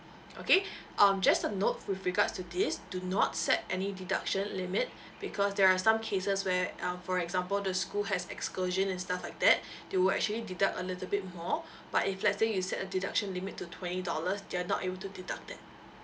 okay um just a note with regards to this do not set any deduction limit because there are some cases where uh for example the school has excursion and stuff like that they will actually deduct a little bit more but if let's say you set a deduction limit to twenty dollars they're able to deduct that